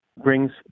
Brings